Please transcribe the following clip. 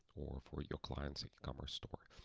or for your clients and e-commerce store.